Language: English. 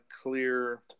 clear